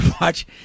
watch